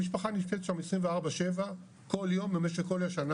המשפחה נמצאת שם 24/7 כל יום במשך כל השנה